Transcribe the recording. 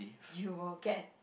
you will get